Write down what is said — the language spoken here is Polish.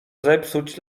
zepsuć